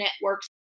networks